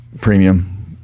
premium